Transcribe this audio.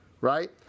right